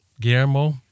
Guillermo